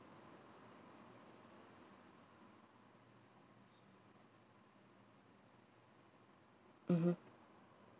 mmhmm